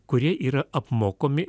kurie yra apmokami